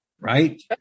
right